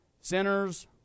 sinners